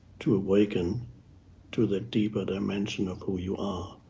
to awaken to the deeper dimension of who you are.